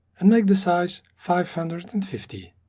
and make the size five hundred and fifty.